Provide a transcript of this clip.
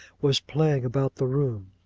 was playing about the room.